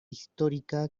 histórica